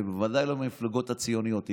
ובוודאי לא עם המפלגות הציוניות.